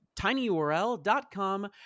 tinyurl.com